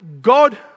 God